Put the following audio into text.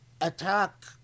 attack